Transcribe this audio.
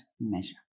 measure